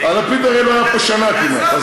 לפיד הרי לא היה פה שנה כמעט.